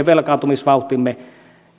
velkaantumisvauhtimme